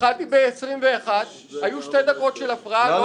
התחלתי ב-11:21, היו שתי דקות של הפרעה.